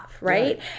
Right